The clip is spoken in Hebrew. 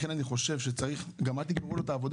לכן אני חושב שצריך גם אל תגמרו לו את העבודה,